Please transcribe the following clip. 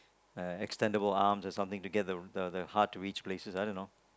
err extendable arms or something to get the the the hard to reach places I don't know